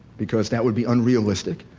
because that would be unrealistic.